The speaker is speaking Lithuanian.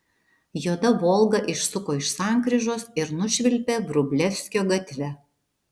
juoda volga išsuko iš sankryžos ir nušvilpė vrublevskio gatve